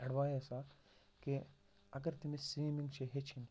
advice اَکھ کہِ اگر تٔمِس سِومِنٛگ چھِ ہیٚچھِنۍ